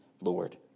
Lord